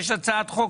יש הצעת חוק,